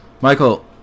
Michael